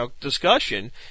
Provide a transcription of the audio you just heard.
discussion